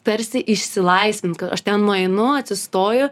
tarsi išsilaisvint k aš ten nueinu atsistoju